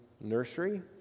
nursery